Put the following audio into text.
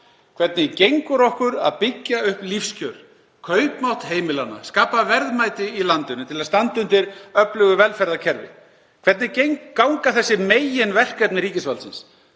Hvernig gengur okkur að byggja upp lífskjör, kaupmátt heimilanna, skapa verðmæti í landinu til að standa undir öflugu velferðarkerfi? Hvernig ganga þessi meginverkefni ríkisvaldsins?